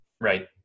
Right